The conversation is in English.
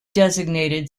designated